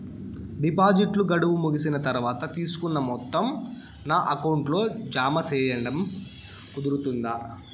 డిపాజిట్లు గడువు ముగిసిన తర్వాత, తీసుకున్న మొత్తం నా అకౌంట్ లో జామ సేయడం కుదురుతుందా?